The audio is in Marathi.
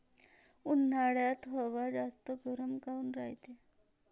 उन्हाळ्यात हवा जास्त गरम काऊन रायते?